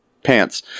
pants